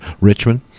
Richmond